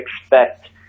expect